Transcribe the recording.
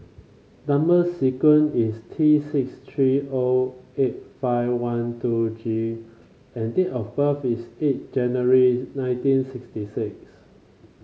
number sequence is T six three O eight five one two G and date of birth is eight January nineteen sixty six